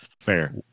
Fair